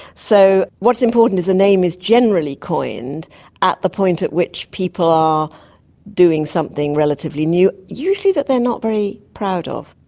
so what's important is the name is generally coined at the point at which people are doing something relatively new, usually that they are not very proud of.